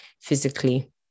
physically